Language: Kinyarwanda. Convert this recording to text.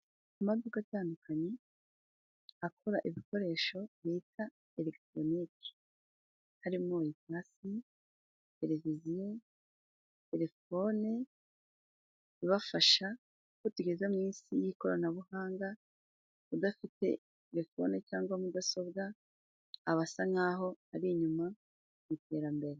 aAaduka atandukanye akora ibikoresho bita eregitoronike, harimo: ipasi, tereviziyo, telefone ibafasha kuko tugeze mu isi y'ikoranabuhanga udafite telefone cyangwa mudasobwa aba asa nkaho ari inyuma mu iterambere.